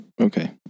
Okay